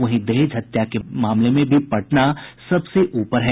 वहीं दहेज हत्या में मामले में भी पटना सबसे ऊपर है